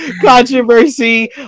controversy